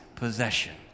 possession